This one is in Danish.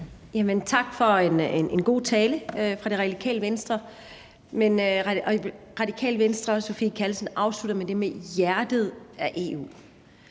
Tak for en god tale fra Radikale Venstre. Radikale Venstre og Anne Sophie Callesen afslutter med det med hjertet af EU.